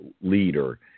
leader